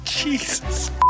Jesus